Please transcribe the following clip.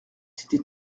cité